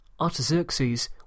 Artaxerxes